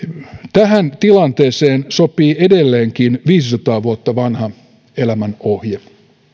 tähän tilanteeseen sopii edelleenkin viisisataa vuotta vanha elämänohje